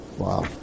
Wow